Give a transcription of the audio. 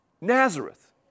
Nazareth